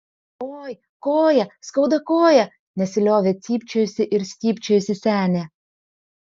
oi koją skauda koją nesiliovė cypčiojusi ir stypčiojusi senė